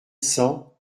cents